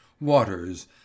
Waters